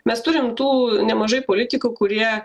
mes turim tų nemažai politikų kurie